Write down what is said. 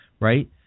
right